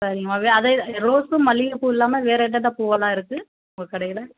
சரிங்கம்மா வே அதே இதை ரோஸும் மல்லிகைப்பூ இல்லாமல் வேறே எந்தெந்த பூவெல்லாம் இருக்குது உங்கள் கடையில்